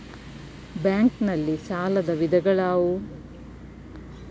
Bank ನಲ್ಲಿ ಸಾಲದ ವಿಧಗಳಾವುವು?